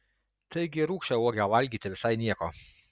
taigi ir rūgščią uogą valgyti visai nieko